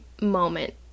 moment